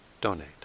donate